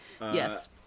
Yes